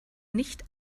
nicht